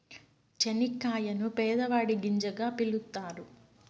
చనిక్కాయలను పేదవాడి గింజగా పిలుత్తారు